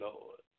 Lord